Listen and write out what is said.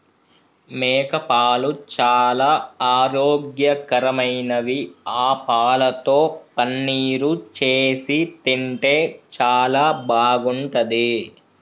మేకపాలు చాలా ఆరోగ్యకరమైనవి ఆ పాలతో పన్నీరు చేసి తింటే చాలా బాగుంటది